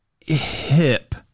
hip